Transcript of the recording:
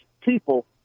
people